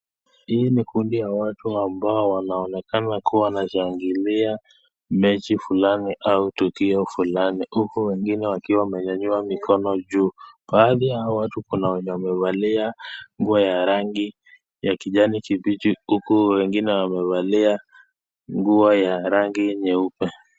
Hii Ni kundi la watu ambao wanaonekana kuwa wanashangilia mechi fulani au tukio fulani, huku wengine wakiwa wamenyanyua mikono juu ,baadhi ya hao watu kuna wenye wamevalia nguo za rangi ya kijani kibichi, huku wengine wamevalia nguo ya rangi nyeupe.